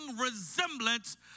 resemblance